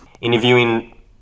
interviewing